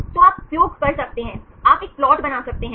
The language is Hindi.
तो आप उपयोग कर सकते हैं आप एक प्लॉट बना सकते हैं